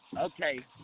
Okay